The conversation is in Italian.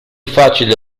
facile